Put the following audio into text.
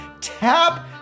tap